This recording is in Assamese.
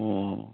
অঁ